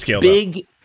big